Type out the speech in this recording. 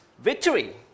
victory